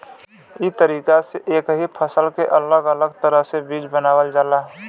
ई तरीका से एक ही फसल के अलग अलग तरह के बीज बनावल जाला